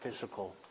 physical